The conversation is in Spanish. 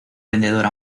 vendedor